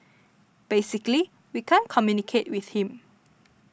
basically we can't communicate with him